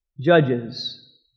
judges